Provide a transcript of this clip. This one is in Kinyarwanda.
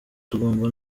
tugomba